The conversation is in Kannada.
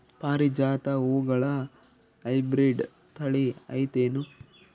ಪಾರಿಜಾತ ಹೂವುಗಳ ಹೈಬ್ರಿಡ್ ಥಳಿ ಐತೇನು?